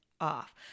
off